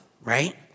right